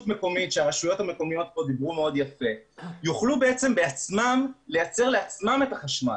מקומית יוכלו לייצר בעצמן לעצמן את החשמל.